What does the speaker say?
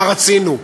מה רצינו?